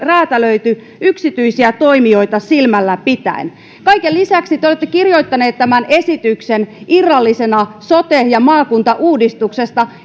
räätälöity yksityisiä toimijoita silmällä pitäen kaiken lisäksi te olette kirjoittaneet esityksen irrallisena sote ja maakuntauudistuksesta